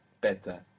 Better